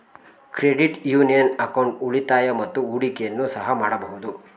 credit union account ಉಳಿತಾಯ ಮತ್ತು ಹೂಡಿಕೆಯನ್ನು ಸಹ ಮಾಡಬಹುದು